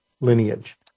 lineage